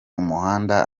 umuhanda